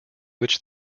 which